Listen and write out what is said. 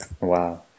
Wow